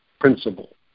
principle